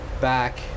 back